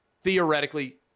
theoretically